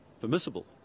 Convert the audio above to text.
permissible